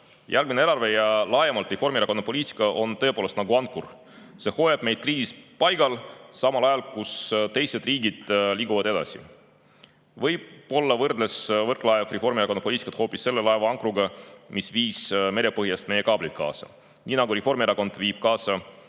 Järgmine eelarve ja laiemalt Reformierakonna poliitika on tõepoolest nagu ankrud. Need hoiavad meid kriisis paigal, samal ajal kui teised riigid liiguvad edasi. Võib-olla võrdles Võrklaev Reformierakonna poliitikat hoopis selle laeva ankruga, mis viis merepõhjast meie kaablid kaasa, nii nagu Reformierakond viib kaasa